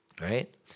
right